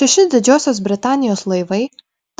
šeši didžiosios britanijos laivai